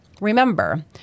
remember